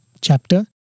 chapter